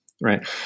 right